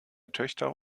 töchter